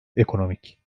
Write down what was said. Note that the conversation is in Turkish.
ekonomik